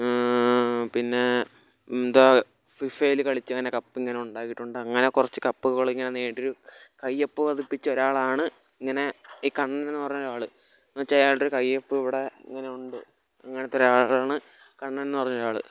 പിന്നെ എന്താ ഫിഫെയിൽ കളിച്ചിങ്ങനെ കപ്പിങ്ങനെ ഉണ്ടാക്കിയിട്ടുണ്ട് അങ്ങനെ കുറച്ച് കപ്പുകളിങ്ങനെ നേടി കയ്യൊപ്പ് പതിപ്പിച്ചൊരാളാണ് ഇങ്ങനെ ഈ കണ്ണനെന്ന് പറഞ്ഞൊരാൾ എന്നുവെച്ചാൽ അയാളുടെ കയ്യൊപ്പ് ഇവിടെ ഇങ്ങനെ ഉണ്ട് അങ്ങനത്തൊരാളാണ് കണ്ണനെന്ന് പറഞ്ഞൊരാൾ